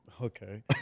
Okay